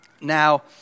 Now